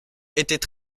étaient